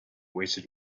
wasted